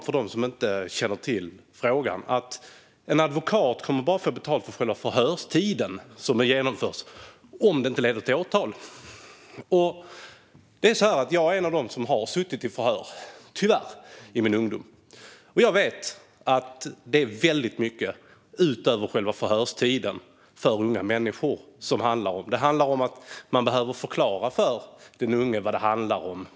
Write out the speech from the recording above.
För dem som inte känner till frågan handlar detta om att en advokat kommer att få betalt bara för själva förhörstiden som genomförs om förundersökningen inte leder till åtal. Jag är en av dem som tyvärr har suttit i förhör i min ungdom, och jag vet att det är väldigt mycket utöver själva förhörstiden med unga människor som det handlar om. Det handlar om att man behöver förklara för den unge vad det handlar om.